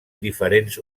diferents